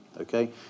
okay